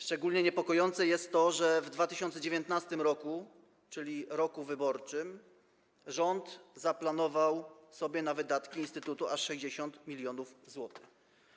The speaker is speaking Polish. Szczególnie niepokojące jest to, że w 2019 r., czyli w roku wyborczym, rząd zaplanował sobie na wydatki instytutu aż 60 mln zł.